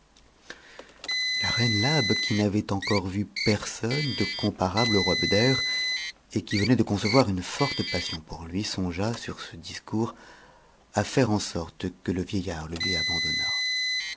la reine labe qui n'avait encore vu personne de compar tbhj roi beder et qui venait de concevoir une forte passion pour lui sonst'a sur ce discours à faire en sorte que le vieillard le lui